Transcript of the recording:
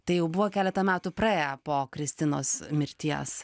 tai jau buvo keleta metų praėję po kristinos mirties